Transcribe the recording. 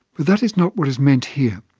but that is not what is meant here.